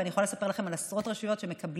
ואני יכולה לספר לכם על עשרות רשויות שמקבלות